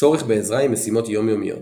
צורך בעזרה עם משימות יומיומיות.